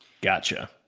Gotcha